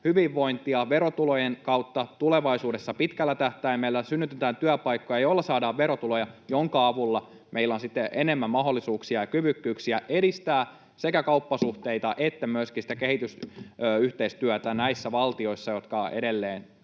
hyvinvointia verotulojen kautta, tulevaisuudessa pitkällä tähtäimellä synnytetään työpaikkoja, joilla saadaan verotuloja, joiden avulla meillä on sitten enemmän mahdollisuuksia ja kyvykkyyksiä edistää sekä kauppasuhteita että myöskin kehitysyhteistyötä näissä valtioissa, jotka edelleen